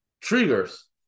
triggers